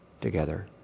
together